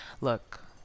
Look